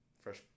Fresh